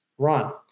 run